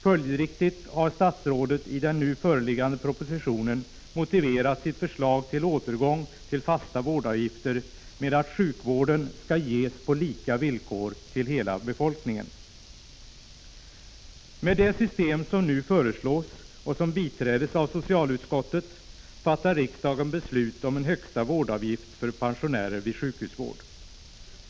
Följdriktigt har statsrådet i den nu föreliggande propositionen motiverat sitt förslag till återgång till fasta vårdavgifter med att sjukvården skall ges på lika villkor till hela befolkningen. Med det system som riksdagen i dag föreslås fatta beslut om, och som biträds av socialutskottet, införs en högsta vårdavgift för pensionärer vid sjukhusvård.